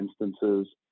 instances